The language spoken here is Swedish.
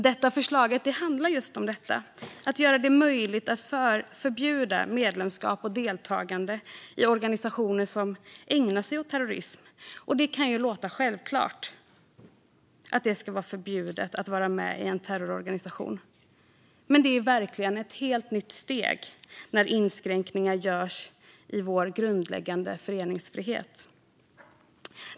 Det här förslaget handlar just om att göra det möjligt att förbjuda medlemskap och deltagande i organisationer som ägnar sig åt terrorism. Det kan ju låta självklart att det ska vara förbjudet att vara med i en terrororganisation, men det är verkligen ett helt nytt steg när inskränkningar görs i vår grundläggande föreningsfrihet.